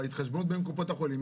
ההתחשבנות עם קופות החולים.